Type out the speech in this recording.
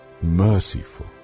merciful